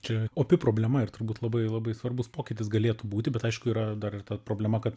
čia opi problema ir turbūt labai labai svarbus pokytis galėtų būti bet aišku yra dar ir ta problema kad